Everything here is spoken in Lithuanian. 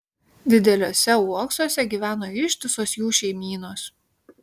dideliuose uoksuose gyveno ištisos jų šeimynos